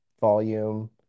volume